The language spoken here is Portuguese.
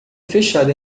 fechado